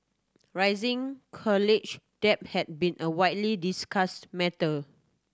rising college debt had been a widely discussed matter